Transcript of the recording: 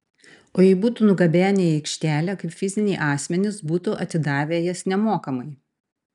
o jei būtų nugabenę į aikštelę kaip fiziniai asmenys būtų atidavę jas nemokamai